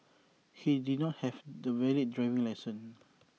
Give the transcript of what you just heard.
he did not have the valid driving licence